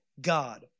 God